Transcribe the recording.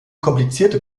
komplizierte